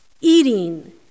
eating